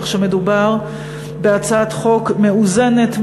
כך שמדובר בהצעת חוק מאוזנת,